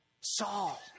Saul